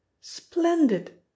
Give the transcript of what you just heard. Splendid